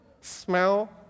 smell